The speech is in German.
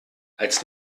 als